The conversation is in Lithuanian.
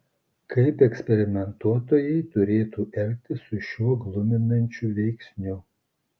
kaip eksperimentuotojai turėtų elgtis su šiuo gluminančiu veiksniu